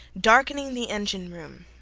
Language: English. darkening the engine-room.